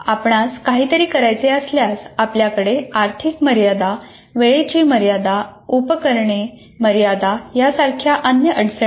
आपणास काहीतरी करायचे असल्यास आपल्याकडे आर्थिक मर्यादा वेळेची मर्यादा उपकरणे मर्यादा यासारख्या अन्य अडचणी आहेत